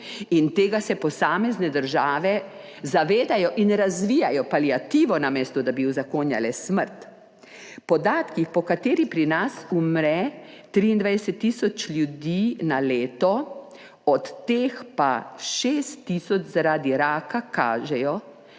in tega se posamezne države zavedajo in razvijajo paliativo, namesto da bi uzakonjale smrt. Podatkih, po kateri pri nas umre 23 tisoč ljudi na leto, od teh pa 6 tisoč zaradi raka, kažejo,